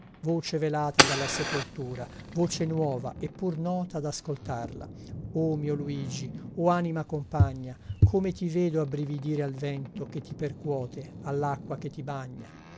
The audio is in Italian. voce velata dalla sepoltura voce nuova eppur nota ad ascoltarla o mio luigi o anima compagna come ti vedo abbrividire al vento che ti percuote allacqua che ti bagna